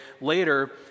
later